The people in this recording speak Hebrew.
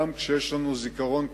גם כשיש לנו זיכרון קצר,